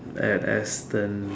at Aston